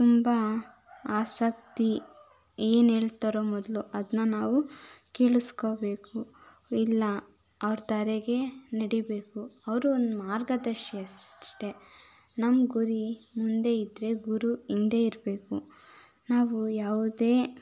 ತುಂಬ ಆಸಕ್ತಿ ಏನೇಳ್ತಾರೋ ಮೊದಲು ಅದನ್ನ ನಾವು ಕೇಳಿಸ್ಕೊಬೇಕು ಇಲ್ಲ ಅವ್ರ ದಾರಿಗೆ ನಡೀಬೇಕು ಅವರು ಒಂದು ಮಾರ್ಗದರ್ಶಿ ಅಷ್ಟೇ ನಮ್ಮ ಗುರಿ ಮುಂದೆ ಇದ್ದರೆ ಗುರು ಹಿಂದೆ ಇರಬೇಕು ನಾವು ಯಾವುದೇ